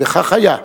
וכך היה: